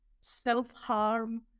self-harm